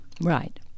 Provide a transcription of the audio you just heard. Right